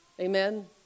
amen